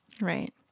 Right